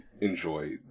enjoy